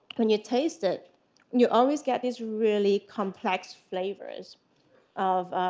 when you taste it you always get these really complex flavors of